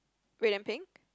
red and pink